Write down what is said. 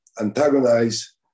antagonize